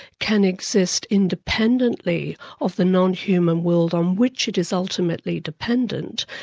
can exist independently of the non-human world on which it is ultimately dependent,